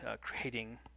creating